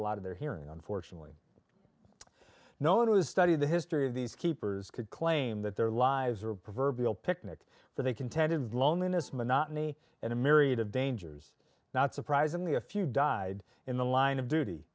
lot of their hearing on fortunately no one who has studied the history of these keepers could claim that their lives are proverbial picnic so they contended of loneliness monotony and a myriad of dangers not surprisingly a few died in the line of duty